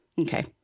Okay